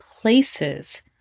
places